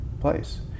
place